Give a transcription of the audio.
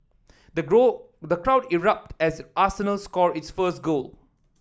the the crowd erupt as Arsenal score its first goal